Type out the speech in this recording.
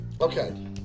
Okay